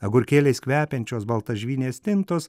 agurkėliais kvepiančios baltažvynės stintos